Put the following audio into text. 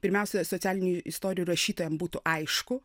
pirmiausia socialinių istorijų rašytojam būtų aišku